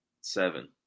seven